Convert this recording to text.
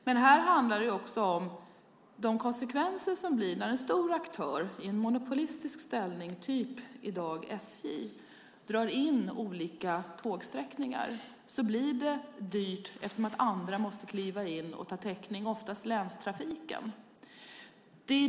Men här handlar det också om konsekvenserna när en stor aktör i en monopolistisk ställning, som i dag SJ, drar in olika tågsträckningar. Då blir det dyrt, eftersom andra måste kliva in och ta täckning, oftast länstrafiken.